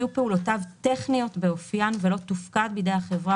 יהיו פעולותיו טכניות באופיין ולא תופקד בידי החברה